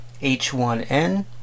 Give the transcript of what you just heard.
H1N